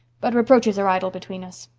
but reproaches are idle between us.